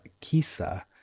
Kisa